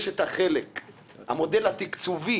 יש את המודל התקצובי,